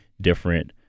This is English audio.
different